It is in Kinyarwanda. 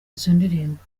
ndirimbo